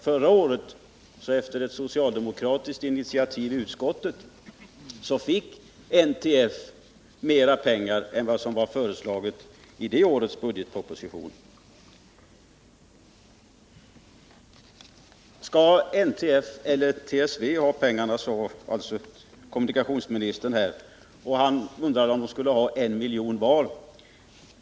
På ett socialdemokratiskt initiativ i utskottet förra året fick NTF mer pengar än vad som föreslogs i det årets budgetproposition. Skall NTF eller trafiksäkerhetsverket ha pengarna, frågade alltså kommunikationsministern. Han undrade om de skulle ha en miljon vardera.